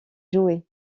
jouets